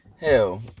Hell